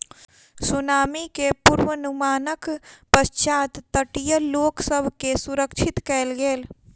tsunami के पुर्वनुमानक पश्चात तटीय लोक सभ के सुरक्षित कयल गेल